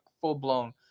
full-blown